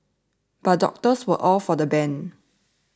but doctors were all for the ban